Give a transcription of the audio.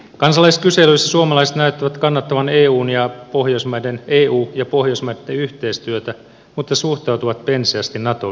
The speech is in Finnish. kansalaiskyselyissä suomalaiset näyttävät kannattavan eu ja pohjoismaiden yhteistyötä mutta suhtautuvat penseästi nato yhteistyöhön